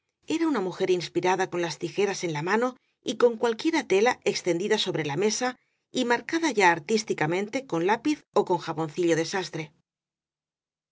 era una mujer inspirada con las tijeras en la mano y con cualquiera tela extendida sobre la mesa y marcada ya artísticamente con lápiz ó con jaboncillo